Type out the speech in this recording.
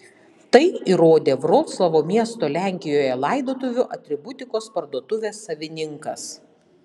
tai įrodė vroclavo miesto lenkijoje laidotuvių atributikos parduotuvės savininkas